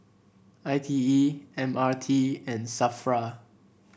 I T E M R T and Safra